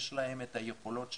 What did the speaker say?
יש להם את היכולות שלהם,